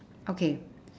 okay